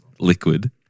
liquid